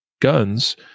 guns